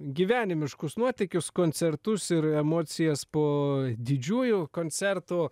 gyvenimiškus nuotykius koncertus ir emocijas po didžiųjų koncertų